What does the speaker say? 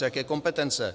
Jaké kompetence?